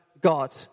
God